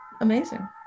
amazing